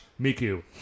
Miku